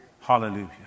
Hallelujah